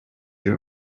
your